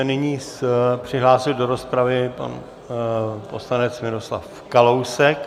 Nyní se přihlásil do rozpravy pan poslanec Miroslav Kalousek.